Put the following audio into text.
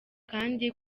kandi